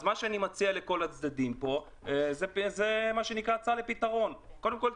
אז מה שאני מציע לכל הצדדים פה זה הצעה לפתרון: קודם כול,